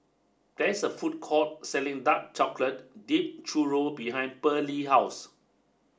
this a food court selling dark chocolate dipped churro behind Bearley house